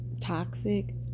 toxic